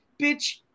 Bitch